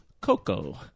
coco